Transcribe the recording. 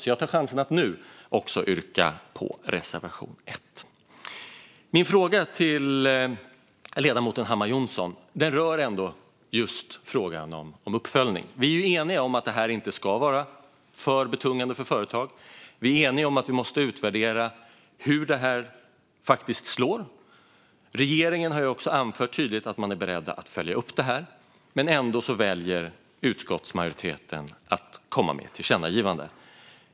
Jag tar alltså chansen att nu yrka bifall till reservation 1. Min fråga till ledamoten Hammar Johnsson rör ändå uppföljning. Vi är eniga om att den nya regeln inte ska vara för betungande för företag. Vi är eniga om att vi måste utvärdera hur förslaget slår. Regeringen har också tydligt anfört att man är beredd att följa upp förslaget, men ändå väljer utskottsmajoriteten att föreslå ett tillkännagivande.